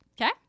Okay